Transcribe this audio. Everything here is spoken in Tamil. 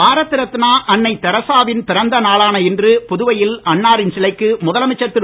பாரத ரத்னா அன்னை தெரெசாவின் பிறந்த நாளான இன்று புதுவையில் அன்னாரின் சிலைக்கு முதலமைச்சர் திரு